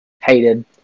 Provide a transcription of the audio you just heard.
hated